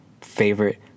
favorite